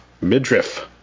midriff